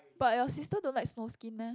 but your sister don't like snow skin meh